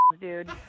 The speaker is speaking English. dude